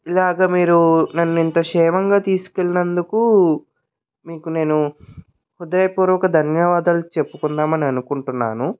ఇలాగ మీరు నన్ను ఇంత క్షేమంగా తీసుకెళ్లినందుకు మీకు నేను హృదయపూర్వక ధన్యవాదాలు చెప్పుకుందామని అనుకుంటున్నాను